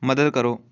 ਮਦਦ ਕਰੋ